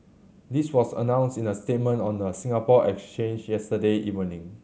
this was announced in a statement on the Singapore Exchange yesterday evening